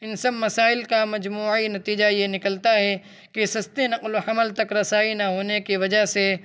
ان سب مسائل کا مجموعی نتیجہ یہ نکلتا ہے کہ سستی نقل و حمل تک رسائی نہ ہونے کی وجہ سے